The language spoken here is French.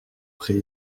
pré